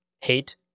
hate